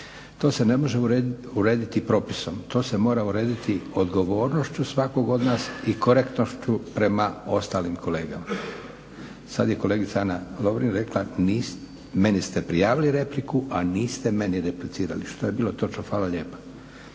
To se ne može urediti propisom. To se mora urediti odgovornošću svakog od nas i korektnošću prema ostalim kolegama. Sad je kolegica Ana Lovrin rekla meni ste prijavili repliku a niste meni replicirali što je bilo točno. Hvala lijepa.